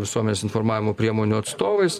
visuomenės informavimo priemonių atstovais